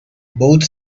boat